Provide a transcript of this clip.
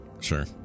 Sure